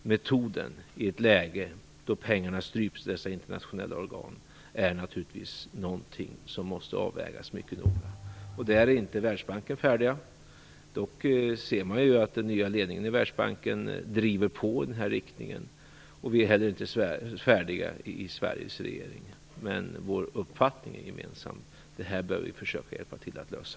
Metoden är naturligtvis, i ett läge då pengarna stryps i dessa internationella organ, någonting som måste avvägas mycket noga. Där är inte Världsbanken färdig. Dock ser vi att den nya ledningen i Världsbanken driver på i den riktningen. Vi är inte heller färdiga i Sveriges regering, men vår uppfattning är gemensam: det här bör vi försöka hjälpa till med att lösa.